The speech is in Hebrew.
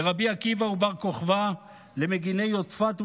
לרבי עקיבא ובר כוכבא, למגיני יודפת ומצדה,